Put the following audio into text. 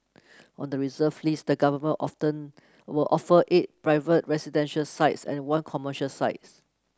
on the reserve list the government often will offer eight private residential sites and one commercial sites